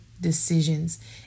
decisions